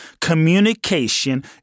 Communication